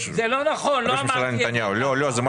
בנימין נתניהו.